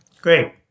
Great